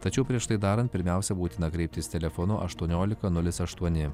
tačiau prieš tai darant pirmiausia būtina kreiptis telefonu aštuoniolika nulis aštuoni